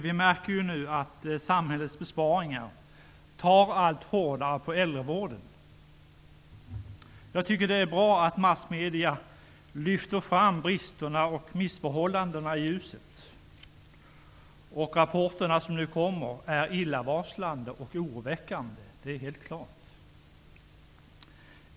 Vi märker ju nu att samhällets besparingar slår allt hårdare mot äldrevården. Det är bra att massmedierna lyfter fram bristerna och missförhållandena i ljuset. De rapporter som kommer nu är illavarslande och oroväckande. Det är helt klart.